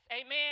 Amen